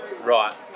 Right